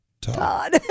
Todd